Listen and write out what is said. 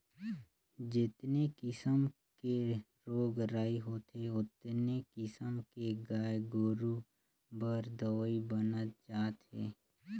जेतने किसम के रोग राई होथे ओतने किसम के गाय गोरु बर दवई बनत जात हे